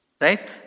Right